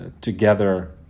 together